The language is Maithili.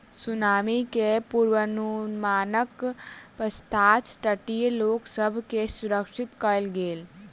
सुनामी के पुर्वनुमानक पश्चात तटीय लोक सभ के सुरक्षित कयल गेल